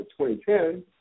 2010